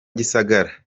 gisagara